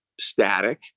static